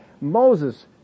Moses